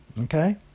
Okay